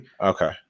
Okay